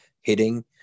hitting